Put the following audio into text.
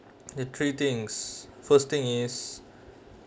the three things first thing is